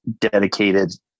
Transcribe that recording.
dedicated